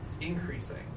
increasing